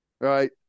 right